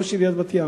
ראש עיריית בת-ים,